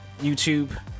YouTube